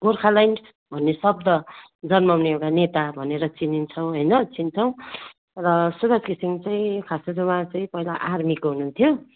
गोर्खाल्यान्ड भन्ने शब्द जन्माउने एउटा नेता भनेर चिनिन्छौँ होइन चिन्छौँ र सुबास घिसिङ चाहिँ खासमा चाहिँ उहाँ चाहिँ पहिला आर्मीको हुनुहुन्थ्यो